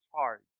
charge